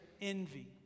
envy